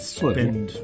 spend